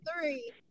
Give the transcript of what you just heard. three